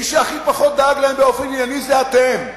מי שהכי פחות דאג להם באופן ענייני זה אתם.